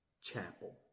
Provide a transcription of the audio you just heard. chapel